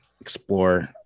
explore